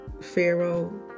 Pharaoh